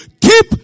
Keep